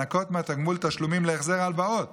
נקבעו הוראות המאפשרות לנכות מהתגמול תשלומים להחזר הלוואות